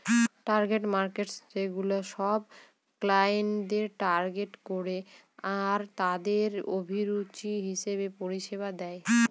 target markets সেগুলা সব ক্লায়েন্টদের টার্গেট করে আরতাদের অভিরুচি হিসেবে পরিষেবা দেয়